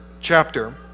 chapter